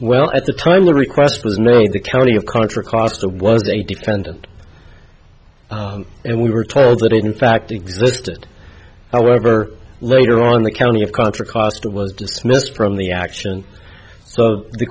well at the time the request was made the county of contra costa was a defendant and we were told that in fact existed however later on the county of contra costa was dismissed from the action so the